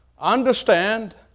understand